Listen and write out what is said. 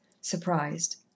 surprised